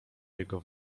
jego